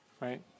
right